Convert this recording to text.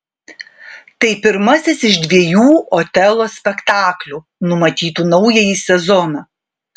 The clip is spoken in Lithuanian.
tai pirmasis iš dviejų otelo spektaklių numatytų naująjį sezoną